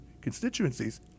constituencies